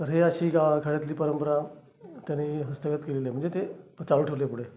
तर हे अशी गावखेड्यातली परंपरा त्यांनी हस्तगत केलेली आहे म्हणजे ते चालू ठेवली आहे पुढे